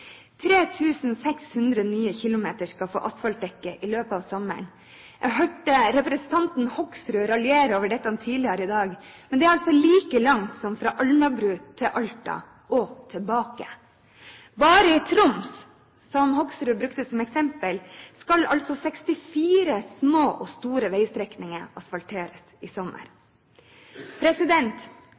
600 nye kilometer skal få asfaltdekke i løpet av sommeren. Jeg hørte representanten Hoksrud raljere over dette tidligere i dag. Men det er altså like langt som fra Alnabru til Alta og tilbake. Bare i Troms, som representanten Hoksrud brukte som eksempel, skal altså 64 små og store veistrekninger asfalteres i sommer.